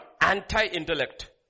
anti-intellect